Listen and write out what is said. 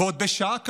ועוד בשעה כזאת?